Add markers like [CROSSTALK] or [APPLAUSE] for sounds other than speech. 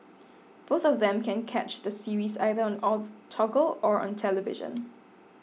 both of them can catch the series either on or [NOISE] Toggle or on television